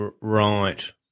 Right